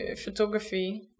photography